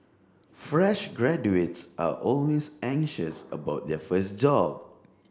fresh graduates are always anxious about their first job